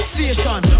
Station